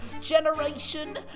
Generation